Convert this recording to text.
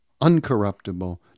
uncorruptible